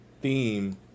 theme